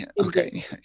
Okay